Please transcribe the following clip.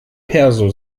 perso